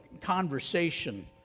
conversation